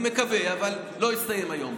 אני מקווה, אבל הוא לא יסתיים היום.